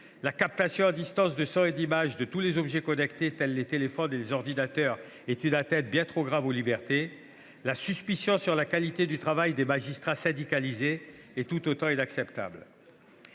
La captation à distance de sons et d'images à partir d'objets connectés tels que les téléphones et les ordinateurs est une atteinte bien trop grave aux libertés. La suspicion sur la qualité du travail des magistrats syndicalisés est tout aussi inacceptable.